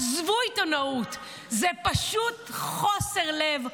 עזבו עיתונאות, זה פשוט חוסר לב,